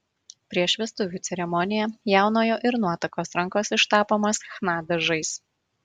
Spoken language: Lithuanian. prieš vestuvių ceremoniją jaunojo ir nuotakos rankos ištapomos chna dažais